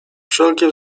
wszelkie